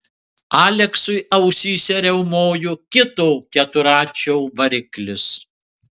aleksui ausyse riaumojo kito keturračio variklis